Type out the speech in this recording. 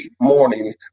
morning